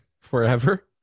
forever